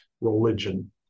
religion